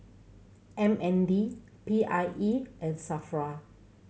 M N D P I E and SAFRA